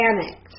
panicked